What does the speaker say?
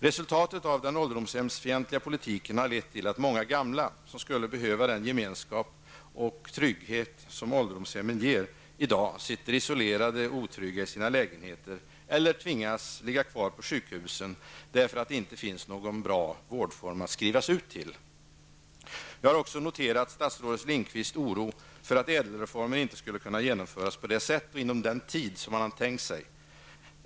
Resultatet av den ålderdomshemsfientliga politiken har lett till att många gamla, som skulle behöva den gemenskap och trygghet som ålderdomshemmen ger, i dag sitter isolerade och otrygga i sina lägenheter eller tvingas ligga kvar på sjukhusen därför att det inte finns någon bra vårdform att skrivs ut till. Jag har också noterat statsrådets Lindqvists oro för att ÄDEL-reformen inte skulle kunna genomföras på det sätt och inom den tid som han tänkt sig.